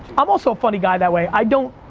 i'm also a funny guy that way. i don't,